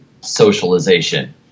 socialization